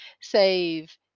save